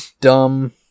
dumb